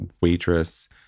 Waitress